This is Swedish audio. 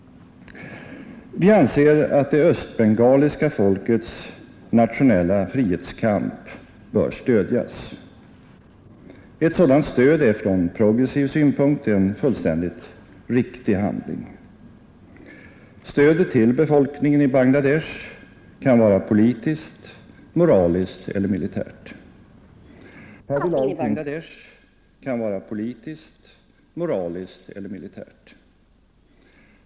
Vi anser att det östbengaliska folkets nationella frihetskamp bör stödjas. Ett sådant stöd är från progressiv synpunkt en fullständigt riktig handling. Stödet till befolkningen i Bangla Desh kan vara politiskt, moraliskt eller militärt.